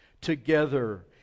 together